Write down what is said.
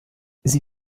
sie